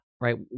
right